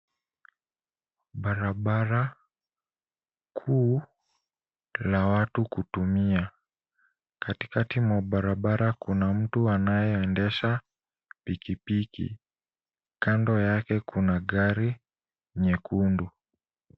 Barabara kuu la watu kutumia. Katikati mwa barabara kuna mtu anayeendesha pikipiki. Kando yake kuna gari nyekundu.